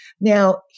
Now